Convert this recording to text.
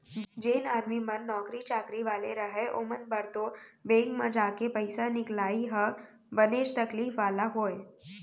जेन आदमी मन नौकरी चाकरी वाले रहय ओमन बर तो बेंक म जाके पइसा निकलाई ह बनेच तकलीफ वाला होय